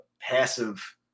passive